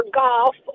golf